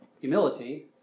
humility